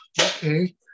okay